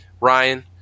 Ryan